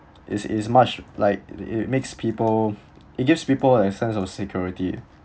it's it's much like it makes people it gives people a sense of security